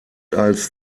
als